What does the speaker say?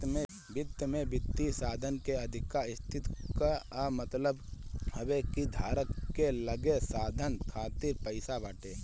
वित्त में वित्तीय साधन के अधिका स्थिति कअ मतलब हवे कि धारक के लगे साधन खातिर पईसा बाटे